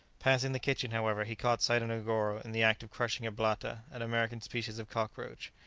passing the kitchen, however, he caught sight of negoro in the act of crushing a blatta, an american species of cockroach.